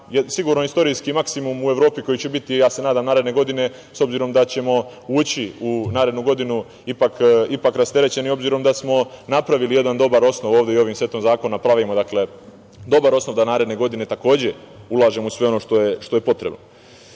sigurno istorijski maksimum u Evropi koji će biti ja se nadam i naredne godine, s obzirom da ćemo ući u narednu godinu ipak rasterećeni obzirom da smo napravili jedan dobar osnov ovde i ovim setom zakona pravimo dobar osnov da naredne godine takođe ulažemo u sve ono što je potrebno. Do